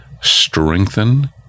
strengthen